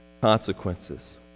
consequences